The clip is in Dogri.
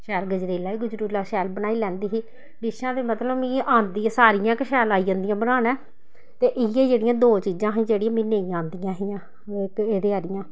शैल गजरेला गजरूला शैल बनाई लैंदी ही डिशां बी मतलब मिगी औंदियां सारियां गै शैल आई जंदिया बनाना ते इ'यै जेह्ड़ियां दो चीजा हियां जेहडियां मी नेईं औंदियां हियां इक एह्दे आह्लियां